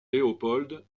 leopold